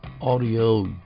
audio